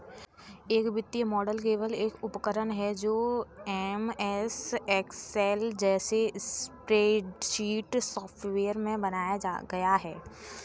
एक वित्तीय मॉडल केवल एक उपकरण है जो एमएस एक्सेल जैसे स्प्रेडशीट सॉफ़्टवेयर में बनाया गया है